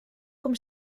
com